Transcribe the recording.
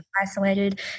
isolated